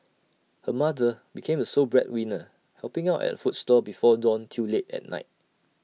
her mother became the sole breadwinner helping out at food stall before dawn till late at night